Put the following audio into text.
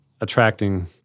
attracting